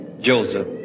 Joseph